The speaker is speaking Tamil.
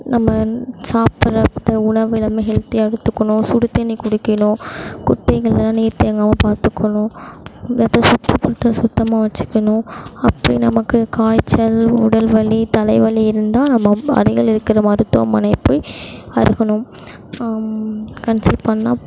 நம்ம சாப்பறது உணவு எல்லாம் ஹெல்தியாக எடுத்துக்கணும் சுடு தண்ணிர் குடிக்கணும் குட்டைங்கள்லாம் நீர் தேங்காமல் பார்த்துக்கணும் இந்த எடத்த சுற்றுபுறத்த சுத்தமாக வெச்சுக்கணும் அப்படி நமக்கு காய்ச்சல் உடல்வலி தலைவலி இருந்தால் நம்ம அருகில் இருக்கிற மருத்துவமனையை போய் அணுகணும் கன்சல்ட் பண்ணா